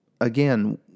Again